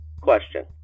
Question